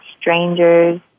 strangers